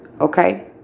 Okay